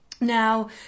Now